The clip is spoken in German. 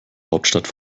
hauptstadt